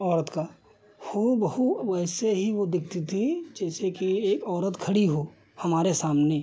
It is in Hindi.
औरत का हूबहू वैसे ही वैसे ही वह दिखती थी जैसे कि एक औरत खड़ी हो हमारे सामने